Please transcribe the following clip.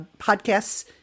podcasts